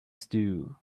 stew